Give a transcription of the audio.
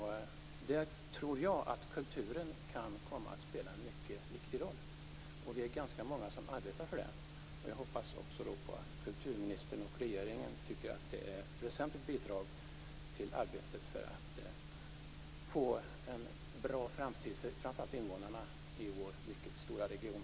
Där tror jag att kulturen kan komma att spela en mycket viktig roll. Vi är ganska många som arbetar för det. Jag hoppas också att kulturministern och regeringen tycker att det här är ett väsentligt bidrag till arbetet för att få en bra framtid för framför allt invånarna i vår mycket stora region.